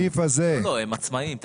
הם עצמאים.